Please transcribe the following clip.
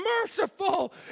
merciful